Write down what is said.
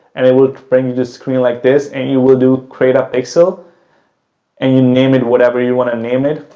and it will bring you the screen like this, and you will do create a pixel and you name it, whatever you want to name it.